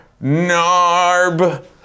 narb